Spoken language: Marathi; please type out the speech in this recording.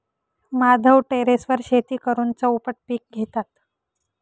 माधव टेरेसवर शेती करून चौपट पीक घेतात